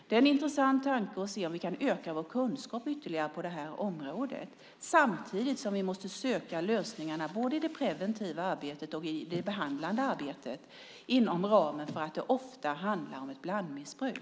Det är en intressant tanke att se om vi kan öka vår kunskap ytterligare på det här området samtidigt som vi måste söka lösningarna både i det preventiva arbetet och i det behandlande arbetet inom ramen för att det ofta handlar om ett blandmissbruk.